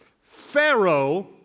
Pharaoh